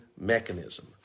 mechanism